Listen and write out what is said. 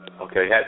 Okay